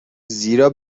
زیرا